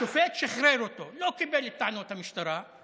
השופט שחרר אותו, לא קיבל את טענות המשטרה,